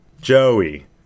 Joey